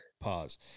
Pause